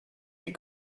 die